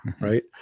right